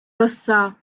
роса